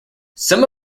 some